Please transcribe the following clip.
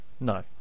No